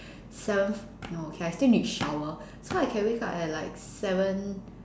seven no okay I still need to shower so I can wake up at like seven